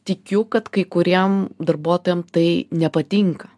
tikiu kad kai kuriem darbuotojam tai nepatinka